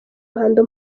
ruhando